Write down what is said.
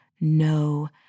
no